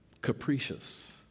capricious